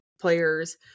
players